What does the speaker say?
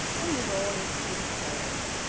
and with all its details.